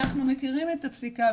אנחנו מכירים את הפסיקה,